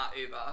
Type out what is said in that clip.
uber